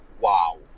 wow